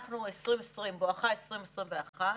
אנחנו ב-2020 בואכה 2021,